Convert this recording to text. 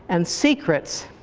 and secrets.